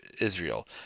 Israel